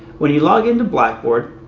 when you log into blackboard,